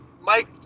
Mike